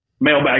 Mailbag